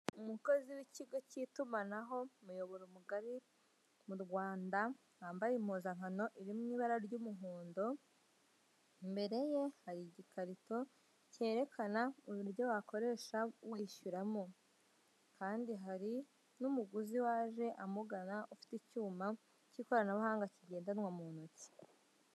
Umukozi w'ikigo cy'itumanaho, umuyoboro mugari mu Rwanda, wambaye impuzankano iri mu ibara ry'umuhondo, imbere ye hari igikarito cyerekana uburyo wakoresha wishyuramo kandi hari n'umuguzi waje amugana, ufite icyuma cy'ikoranabuhanga kigendanwa mu ntoki.